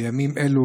בימים אלו,